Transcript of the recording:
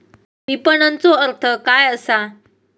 विपणनचो अर्थ काय असा?